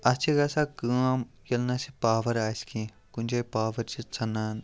اَتھ چھِ گژھان کٲم ییٚلہِ نہٕ اسہِ یہِ پاور آسہِ کیٚنٛہہ کُنہِ جایہِ پاوَر چھُ ژھیٚنان